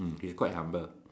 mm he is quite humble